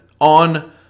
on